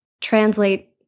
translate